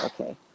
okay